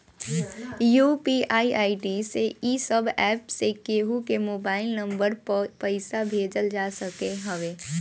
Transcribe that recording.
UPI ID से इ सब एप्प से केहू के मोबाइल नम्बर पअ पईसा भेजल जा सकत हवे